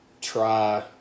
try